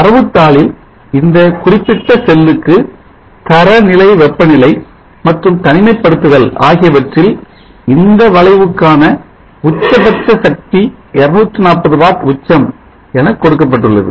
தரவுதாளில் இந்த குறிப்பிட்ட செல்லுக்கு தரநிலை வெப்பநிலை மற்றும் தனிமைப்படுத்துதல் ஆகியவற்றில் இந்த வளைவுக்கான உச்சபட்ச சக்தி 240 வாட் உச்சம் என கொடுக்கப்பட்டுள்ளது